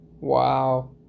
Wow